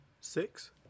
Six